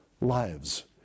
lives